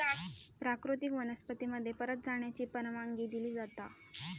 प्राकृतिक वनस्पती मध्ये परत जाण्याची परवानगी दिली जाता